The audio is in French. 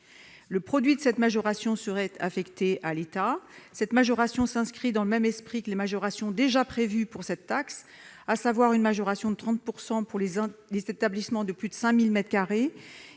Le produit de cette majoration serait affecté à l'État. Cette majoration s'inscrit dans le droit fil des majorations déjà prévues pour cette taxe, à savoir une majoration de 30 % pour les établissements de plus de 5 000